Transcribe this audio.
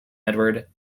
edward